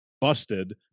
busted